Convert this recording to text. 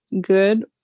good